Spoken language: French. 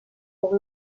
pour